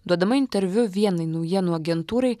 duodama interviu vienai naujienų agentūrai